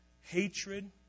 Hatred